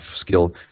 skill